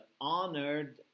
honored